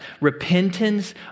Repentance